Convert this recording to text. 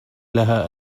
لها